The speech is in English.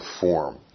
form